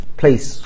place